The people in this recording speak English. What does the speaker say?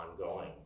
ongoing